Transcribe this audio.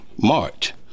march